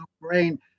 brain